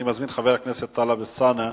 אני מזמין את חבר הכנסת טלב אלסאנע,